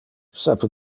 sape